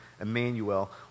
Emmanuel